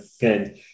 good